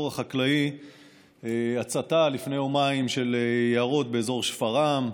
החקלאי הצתה לפני יומיים של יערות באזור שפרעם,